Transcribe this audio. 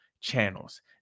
channels